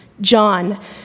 John